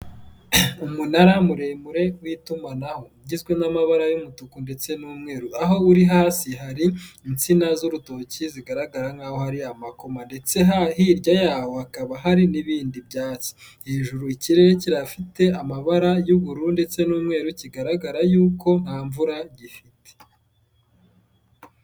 Umunara muremure w'itumanaho, ugizwe n'amabara y'umutuku ndetse n'umweru aho uri hasi hari insina z'urutoki zigaragara nk'aho hari amakoma ndetse hirya yawo hakaba hari n'ibindi byatsi, hejuru ikirere kirafite amabara y'ubururu ndetse n'umweru kigaragara yuko nta mvura gifite.